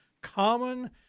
common